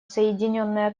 соединенное